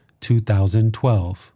2012